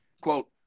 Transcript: quote